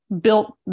built